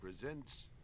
presents